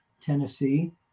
Tennessee